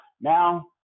Now